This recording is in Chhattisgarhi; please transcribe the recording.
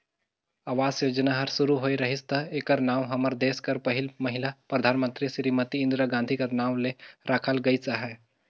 आवास योजना हर सुरू होए रहिस ता एकर नांव हमर देस कर पहिल महिला परधानमंतरी सिरीमती इंदिरा गांधी कर नांव ले राखल गइस अहे